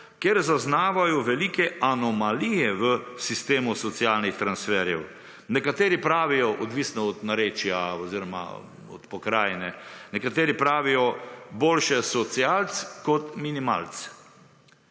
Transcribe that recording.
ker zaznavajo velike anomalije v sistemu socialnih transferjev. Nekateri pravijo, odvisno od narečja oziroma od pokrajine, nekateri pravijo: »Boljše socialc, kot minimalc.«